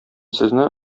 сезне